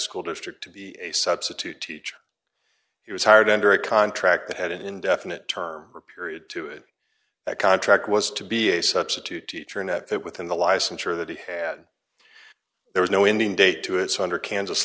school district to be a substitute teacher he was hired under a contract that had an indefinite term for period two of that contract was to be a substitute teacher and that it within the licensure that he had there is no indian date to it's under kansas